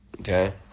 Okay